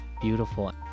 beautiful